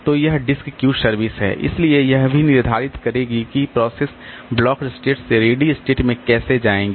तो यह disk queue service है इसलिए यह भी निर्धारित करेगी कि प्रोसेस ब्लॉक्ड स्टेट से रेडी स्टेट में कैसे जाएंगी